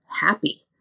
happy